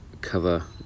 cover